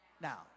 now